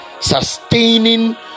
sustaining